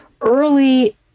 early